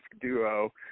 duo